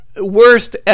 Worst